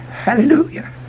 hallelujah